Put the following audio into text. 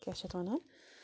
کیٛاہ چھِ اَتھ وَنان